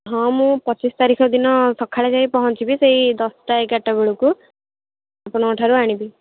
ହଁ ମୁଁ ପଚିଶ ତାରିଖ ଦିନ ସକାଳେ ଯାଇ ପହଞ୍ଚିବି ସେଇ ଦଶଟା ଏଗାରଟା ବେଳକୁ ଆପଣଙ୍କ ଠାରୁ ଆଣିବି